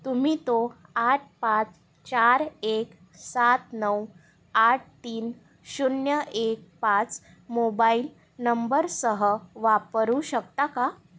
तुम्ही तो आठ पाच चार एक सात नऊ आठ तीन शून्य एक पाच मोबाईल नंबरसह वापरू शकता का